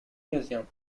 museum